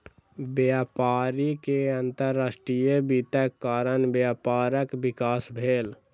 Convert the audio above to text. व्यापारी के अंतर्राष्ट्रीय वित्तक कारण व्यापारक विकास भेल